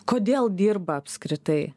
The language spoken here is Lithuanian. kodėl dirba apskritai